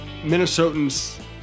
Minnesotans